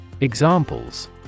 Examples